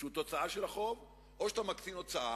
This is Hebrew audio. שהוא תוצאה של החוב, או שאתה מקטין הוצאה,